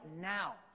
now